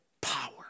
power